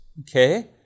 Okay